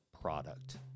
product